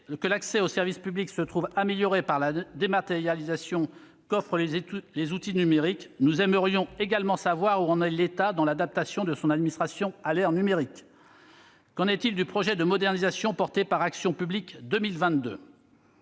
que l'accès aux services publics se trouve amélioré par la dématérialisation qu'offrent les outils numériques, nous aimerions également savoir où en est l'État dans l'adaptation de son administration à l'ère numérique. Qu'en est-il du projet de modernisation porté par le programme Action publique 2022 ?